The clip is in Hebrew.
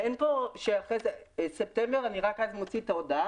זה לא שבספטמבר אני רק מוציא את ההודעה,